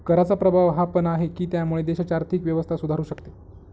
कराचा प्रभाव हा पण आहे, की त्यामुळे देशाची आर्थिक व्यवस्था सुधारू शकते